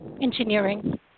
engineering